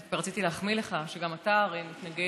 דווקא רציתי להחמיא לך, שגם אתה הרי מתנגד,